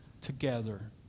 together